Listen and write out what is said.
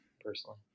personally